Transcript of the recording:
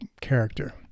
character